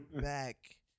back